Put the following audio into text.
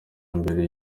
imbere